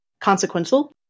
consequential